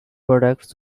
products